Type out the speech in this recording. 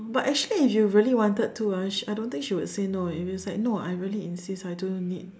but actually if you really wanted to ah she I don't think she would say no if you say like no I really insist I don't even need